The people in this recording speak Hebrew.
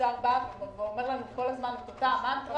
האוצר בא ואומר לנו כל הזמן את אותה מנטרה,